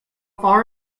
far